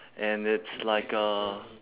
and it's like a